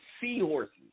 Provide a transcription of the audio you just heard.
seahorses